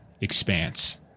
expanse